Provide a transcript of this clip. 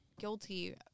guilty